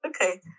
okay